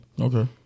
Okay